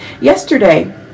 Yesterday